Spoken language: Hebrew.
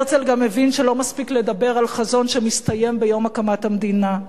הרצל גם הבין שלא מספיק לדבר על חזון שמסתיים ביום הקמת המדינה,